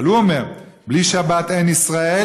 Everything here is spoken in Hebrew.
אבל הוא אומר: "בלי שבת אין ישראל,